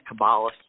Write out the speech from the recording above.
Kabbalists